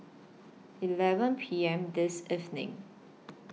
eleven P M This evening